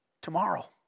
tomorrow